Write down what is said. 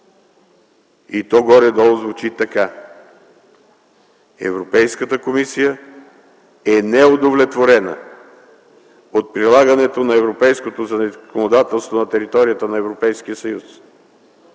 и то горе-долу звучи така: Европейската комисия е неудовлетворена от прилагането на европейското законодателство на територията на Европейския съюз.